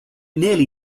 nearly